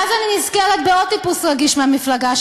ואז אני נזכרת בעוד טיפוס רגיש מהמפלגה,